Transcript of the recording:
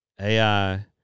AI